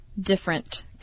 different